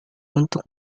untuk